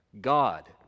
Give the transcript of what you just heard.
God